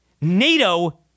NATO